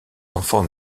enfants